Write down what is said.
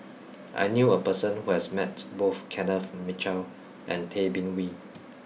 I knew a person who has met both Kenneth Mitchell and Tay Bin Wee